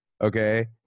okay